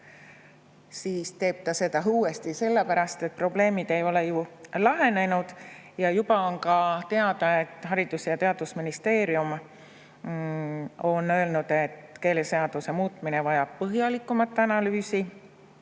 teeb ta seda uuesti sellepärast, et probleemid ei ole ju lahenenud ja juba on ka teada, et Haridus‑ ja Teadusministeerium on öelnud, et keeleseaduse muutmine vajab põhjalikumat analüüsi.